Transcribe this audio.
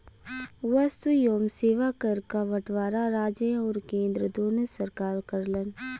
वस्तु एवं सेवा कर क बंटवारा राज्य आउर केंद्र दूने सरकार करलन